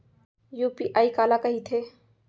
UPI काला कहिथे?